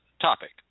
topic